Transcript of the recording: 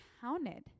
counted